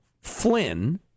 Flynn